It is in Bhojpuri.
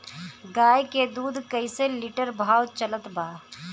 गाय के दूध कइसे लिटर भाव चलत बा?